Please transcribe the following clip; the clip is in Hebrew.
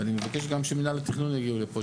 ואני מבקש גם שמינהל התכנון יגיעו לפה,